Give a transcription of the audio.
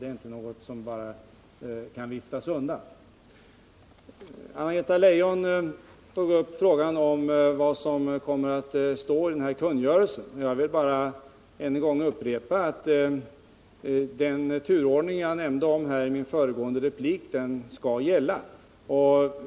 Det är inte något som bara kan viftas undan. Anna Greta Leijon tog upp frågan om vad som kommer att stå i den här kungörelsen. Jag vill bara än en gång upprepa att den turordning som jag nämnde i min föregående replik skall gälla.